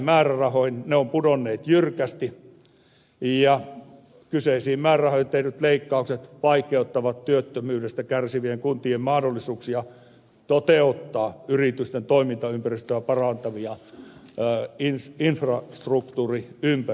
ne ovat pudonneet jyrkästi ja kyseisiin määrärahoihin tehdyt leikkaukset vaikeuttavat työttömyydestä kärsivien kuntien mahdollisuuksia toteuttaa yritysten toimintaympäristöä parantavia infrastruktuuriympäristöjä